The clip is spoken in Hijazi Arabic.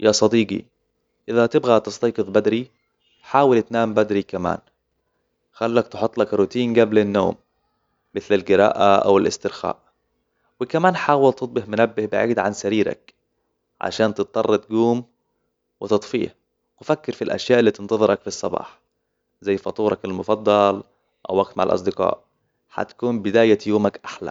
يا صديقي، إذا تبغى تستيقظ بدري، حاول تنام بدري كمان. خلك تحط لك روتين قبل النوم، مثل القراءة أو الاسترخاء. وكمان حاول تضبط منبه بعيد عن سريرك، عشان تضطر تقوم وتطفيه. فكر في الأشياء التي تنتظرك في الصباح، زي فطورك المفضل أو الوقت مه الاصدقاء، حتكون بداية يومك أحلى.